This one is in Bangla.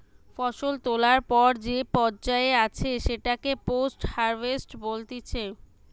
ফসল তোলার পর যে পর্যায়ে আছে সেটাকে পোস্ট হারভেস্ট বলতিছে